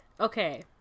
okay